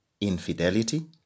infidelity